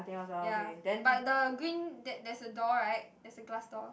ya but the green that that's a door right there is a glass door